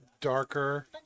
darker